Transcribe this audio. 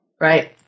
Right